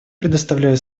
предоставляю